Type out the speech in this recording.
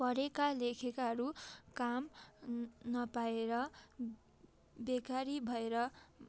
पढेका लेखेकाहरू काम नपाएर बेकारी भएर